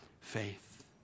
faith